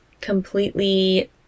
completely